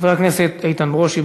חבר הכנסת איתן ברושי,